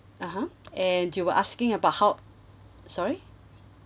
(uh huh) and you were asking about how sorry